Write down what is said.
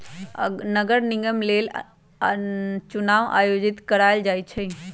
नगर निगम लेल चुनाओ आयोजित करायल जाइ छइ